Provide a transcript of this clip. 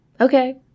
Okay